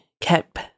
kept